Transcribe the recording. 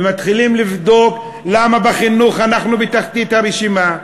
ומתחילים לבדוק למה בחינוך אנחנו בתחתית הרשימה,